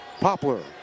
Poplar